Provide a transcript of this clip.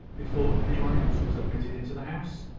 before any one else was admitted into the house?